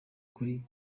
kuri